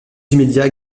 immédiat